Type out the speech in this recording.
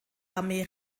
armee